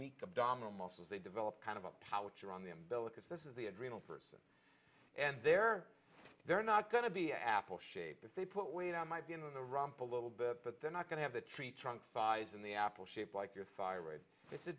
weak abdominal muscles they develop kind of a pouch around the umbilicus this is the adrenal person and they're they're not going to be an apple shape if they put weight on my be in the ramp a little bit but they're not going to have a tree trunk size and the apple shaped like your thyroid i